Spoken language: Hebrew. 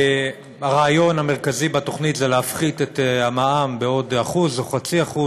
הרעיון המרכזי בתוכנית זה להפחית את המע"מ בעוד 1% או ב-0.5%,